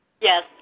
Yes